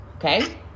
Okay